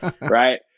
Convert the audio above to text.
right